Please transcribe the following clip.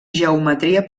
geometria